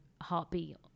heartbeat